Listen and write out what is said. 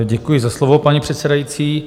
Děkuji za slovo, paní předsedající.